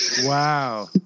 Wow